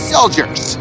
Soldiers